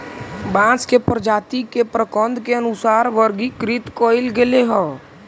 बांस के प्रजाती के प्रकन्द के अनुसार वर्गीकृत कईल गेले हई